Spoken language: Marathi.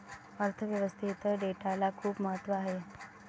अर्थ व्यवस्थेत डेटाला खूप महत्त्व आहे